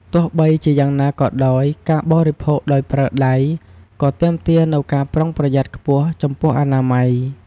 ទោះបីជាយ៉ាងណាក៏ដោយ ការបរិភោគដោយប្រើដៃក៏ទាមទារនូវការប្រុងប្រយ័ត្នខ្ពស់ចំពោះអនាម័យ។